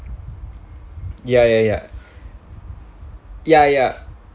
ya ya ya ya ya